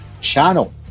channel